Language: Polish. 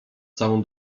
całą